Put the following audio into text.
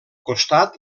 costat